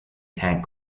tank